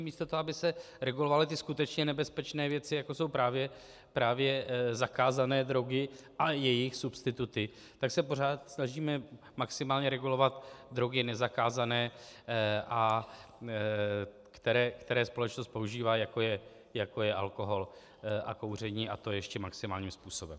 Místo toho, aby se regulovaly ty skutečně nebezpečné věci, jako jsou právě zakázané drogy a jejich substituty, tak se pořád snažíme maximálně regulovat drogy nezakázané, které společnost používá, jako je alkohol a kouření, a to ještě maximálním způsobem.